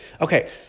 Okay